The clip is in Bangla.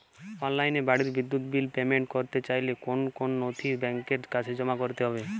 অনলাইনে বাড়ির বিদ্যুৎ বিল পেমেন্ট করতে চাইলে কোন কোন নথি ব্যাংকের কাছে জমা করতে হবে?